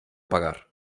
pagar